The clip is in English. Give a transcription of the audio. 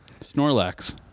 Snorlax